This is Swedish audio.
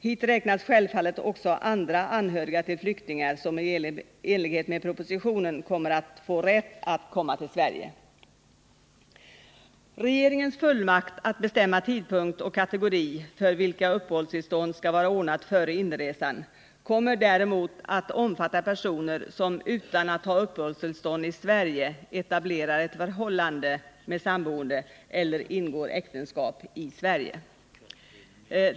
Hit räknas självfallet också andra anhöriga till flyktingar som i enlighet med propositionen kommer att få rätt att komma till Sverige. Regeringens fullmakt att bestämma tidpunkt och kategori när det gäller dem för vilka uppehållstillstånd skall vara ordnat före inresan kommer däremot att omfatta personer som utan att ha uppehållstillstånd i Sverige etablerar ett förhållande med samboende eller ingår äktenskap i Sverige.